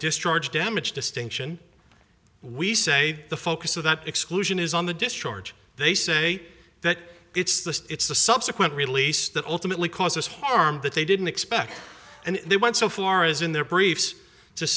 destroyed damage distinction we say the focus of that exclusion is on the discharge they say that it's the it's the subsequent release that ultimately causes harm that they didn't expect and they went so far as in their briefs